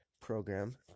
program